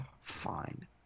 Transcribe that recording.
fine